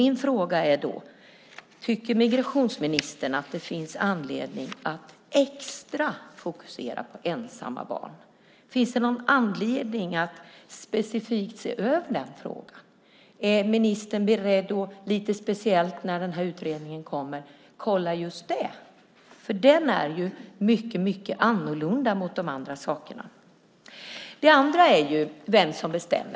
Min fråga är då: Tycker migrationsministern att det finns anledning att fokusera extra på ensamma barn? Finns det någon anledning att specifikt se över den frågan? Är ministern beredd att kolla på just det lite speciellt, när den här utredningen kommer? Detta är ju mycket annorlunda jämfört med de andra sakerna. Sedan handlar det om vem som bestämmer.